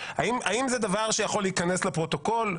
האם זה דבר שיכול להיכנס לפרוטוקול?